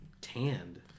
tanned